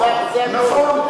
נכון,